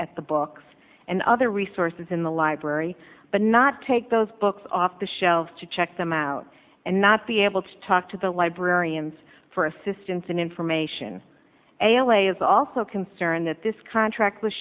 at the books and other resources in the library but not take those books off the shelves to check them out and not be able to talk to the librarians for assistance and information l a is also concerned that this contract w